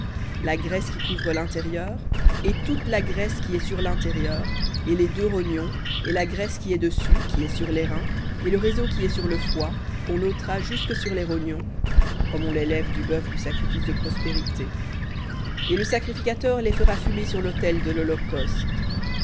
la graisse qui couvre l'intérieur et toute la graisse qui est sur lintérieur et les deux rognons et la graisse qui est dessus qui est sur les reins et le réseau qui est sur le foie qu'on ôtera jusque sur les rognons comme on les lève du bœuf du sacrifice de prospérités et le sacrificateur les fera fumer sur l'autel de l'holocauste